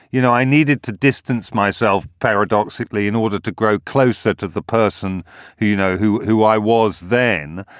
you know, i needed to distance myself, paradoxically, in order to grow closer to the person who, you know, who who i was then.